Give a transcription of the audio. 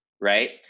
right